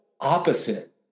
opposite